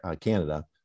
Canada